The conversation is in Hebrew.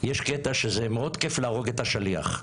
זה מאוד כייף להרוג את השליח.